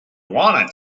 wanna